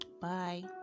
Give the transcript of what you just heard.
Bye